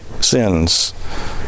sins